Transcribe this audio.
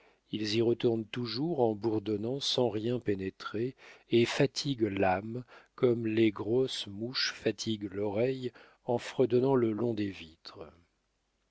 ils y retournent toujours en bourdonnant sans rien pénétrer et fatiguent l'âme comme les grosses mouches fatiguent l'oreille en fredonnant le long des vitres